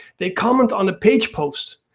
they comment on a page post.